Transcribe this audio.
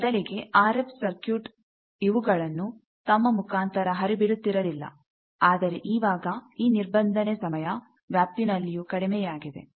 ಮೊದಲಿಗೆ R F circuit ಇವುಗಳನ್ನು ತಮ್ಮ ಮುಖಾಂತರ ಹರಿ ಬಿಡುತ್ತಿರಲಿಲ್ಲ ಆದರೆ ಇವಾಗ ಈ ನಿರ್ಬಂಧನೆ ಸಮಯ ವ್ಯಾಪ್ತಿನಲ್ಲಿಯೂ ಕಡಿಮೆಯಾಗಿದೆ